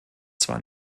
zwar